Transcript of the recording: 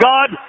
God